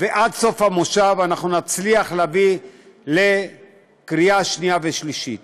ועד סוף המושב אנחנו נצליח להביא לקריאה שנייה ושלישית.